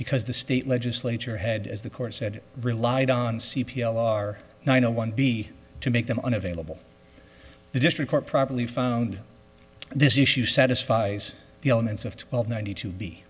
because the state legislature had as the court said relied on c p l are no one b to make them unavailable the district court properly found this issue satisfies the elements of twelve ninety to be